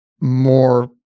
more